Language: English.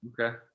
Okay